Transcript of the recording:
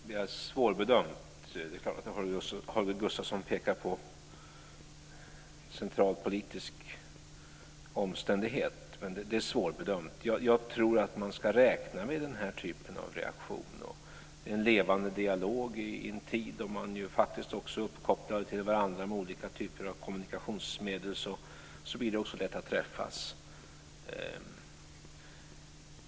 Fru talman! Det är svårbedömt. Det är klart att Holger Gustafsson pekar på en central politisk omständighet men det är svårbedömt. Jag tror att man ska räkna med den här typen av reaktion och en levande dialog. I en tid då man faktiskt också är uppkopplad till varandra med olika typer av kommunikationsmedel blir det också lätt att träffas.